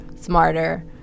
smarter